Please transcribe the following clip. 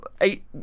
eight